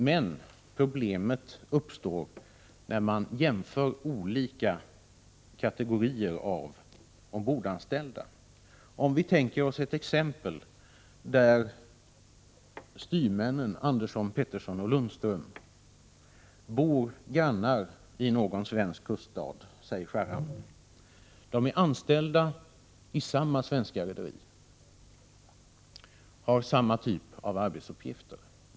Men problemet uppstår när man jämför olika kategorier av ombordanställda. Jag vill ta exemplet att styrmännen Andersson, Pettersson och Lundström bor grannar i någon svensk kuststad — låt mig säga Skärhamn. De är anställda i samma svenska rederi och har samma typ av arbetsuppgifter.